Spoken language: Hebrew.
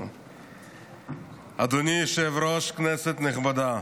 אדוני היושב-ראש, כנסת נכבדה,